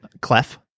Clef